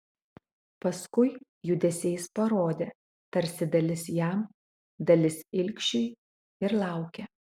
paskui judesiais parodė tarsi dalis jam dalis ilgšiui ir laukė